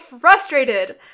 frustrated